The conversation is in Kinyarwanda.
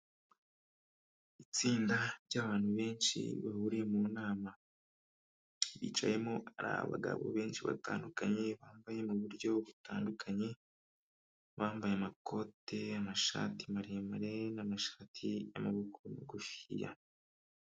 Itsinda ry'abantu benshi bahuriye mu nama bicayemo ari abagabo benshi batandukanye bambaye mu buryo butandukanye, abambaye amakote, amashati maremare n'amashati y'amaboko magufiya.